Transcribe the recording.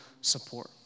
support